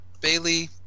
Bailey